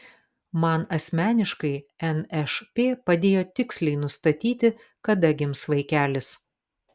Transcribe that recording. man asmeniškai nšp padėjo tiksliai nustatyti kada gims vaikelis